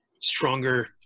stronger